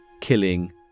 killing